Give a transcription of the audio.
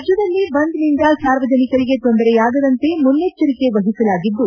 ರಾಜ್ಯದಲ್ಲಿ ಬಂದ್ನಿಂದ ಸಾರ್ವಜನಿಕರಿಗೆ ತೊಂದರೆಯಾಗದಂತೆ ಮುನ್ನೆಚ್ಚರಿಕೆ ವಹಿಸಲಾಗಿದ್ದು